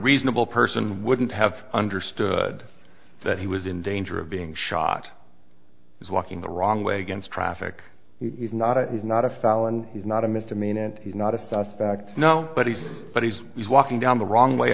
reasonable person wouldn't have understood that he was in danger of being shot is walking the wrong way against traffic he's not it is not a felon he's not a misdemeanor and he's not a suspect now but he's but he's he's walking down the wrong way